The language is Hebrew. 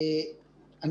אני